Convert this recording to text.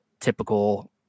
typical